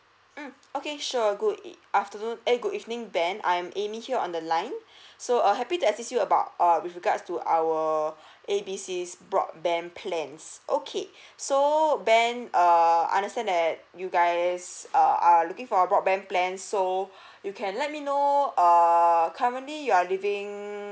mm okay sure good afternoon eh good evening ben I'm amy here on the line so err happy to assist you about err with regards to our A B C broadband plans okay so ben err I understand that you guys err are looking for broadband plan so you can let me know err currently you are living